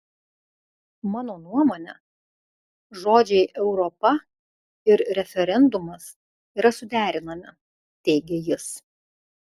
mano nuomone žodžiai europa ir referendumas yra suderinami teigė jis